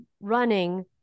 running